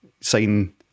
sign